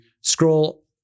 scroll